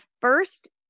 first